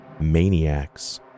maniacs